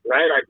Right